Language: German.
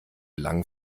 langen